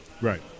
Right